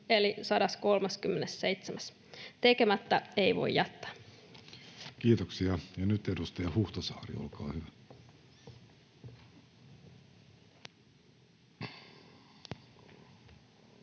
eli 137. Tekemättä ei voi jättää. Kiitoksia. — Ja nyt edustaja Huhtasaari, olkaa hyvä.